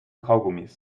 kaugummis